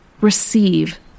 receive